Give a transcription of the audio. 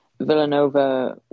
Villanova